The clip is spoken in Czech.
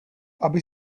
aby